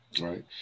right